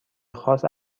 خاص